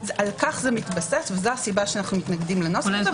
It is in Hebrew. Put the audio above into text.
על כך זה מתבסס וזו הסיבה שאנו מתנגדים לנוסח הזה,